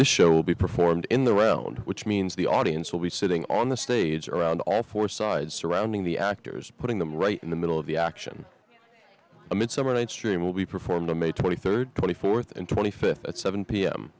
the show will be performed in the round which means the audience will be sitting on the stage around all four sides surrounding the actors putting them right in the middle of the action a midsummer night's dream will be performed on may twenty third twenty fourth and twenty fifth at seven p